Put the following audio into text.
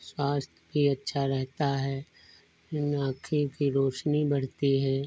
स्वास्थ्य भी अच्छा रहता है जो आँखी की रोशनी बढ़ती है